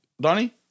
Donnie